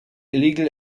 illegal